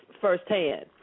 firsthand